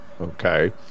Okay